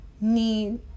need